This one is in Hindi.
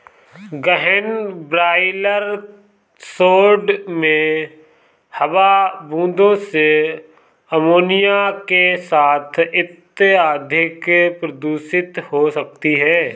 गहन ब्रॉयलर शेड में हवा बूंदों से अमोनिया के साथ अत्यधिक प्रदूषित हो सकती है